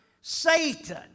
Satan